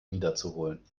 wiederzuholen